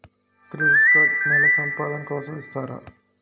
Credit card నెల సంపాదన కోసం ఇస్తారా?